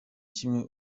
kimwe